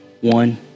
One